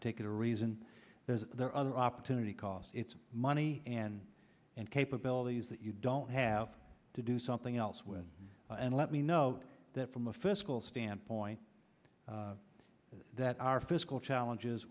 particular reason is that there are other opportunity cost it's money and and capabilities that you don't have to do something else with and let me know that from a fiscal standpoint that our fiscal challenges